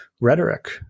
rhetoric